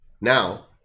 Now